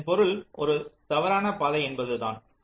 இதன் பொருள் ஒரு தவறான பாதை என்பதுதான்